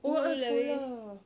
oh oh sekolah